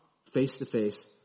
face-to-face